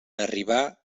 arribar